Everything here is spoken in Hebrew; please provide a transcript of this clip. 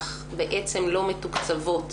אך בעצם לא מתוקצבות